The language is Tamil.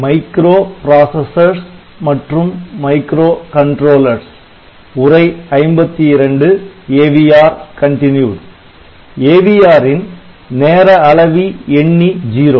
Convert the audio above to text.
AVR ன் நேர அளவிஎண்ணி 0